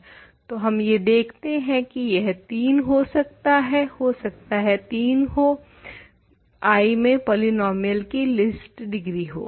तो हम ये देखते हैं की यह 3 हो सकता है हो सकता है 3 ही I में पॉलीनोमिल्स की लीस्ट डिग्री हो